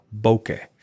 bokeh